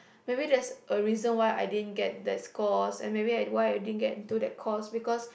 maybe there's a reason why I didn't get that scores and maybe I why I didn't get into that course because